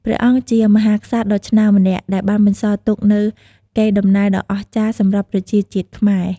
ព្រះអង្គជាមហាក្សត្រដ៏ឆ្នើមម្នាក់ ដែលបានបន្សល់ទុកនូវកេរដំណែលដ៏អស្ចារ្យសម្រាប់ប្រជាជាតិខ្មែរ។